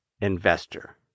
investor